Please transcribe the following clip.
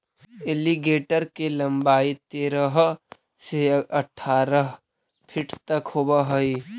alligator के लंबाई तेरह से अठारह फीट तक होवऽ हइ